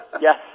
yes